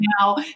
now